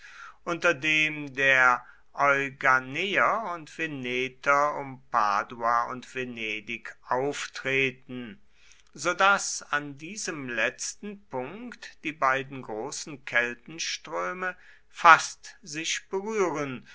unten dem der euganeer und veneter um padua und venedig auftreten so daß an diesem letzten punkt die beiden großen keltenströme fast sich berühren